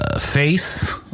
Face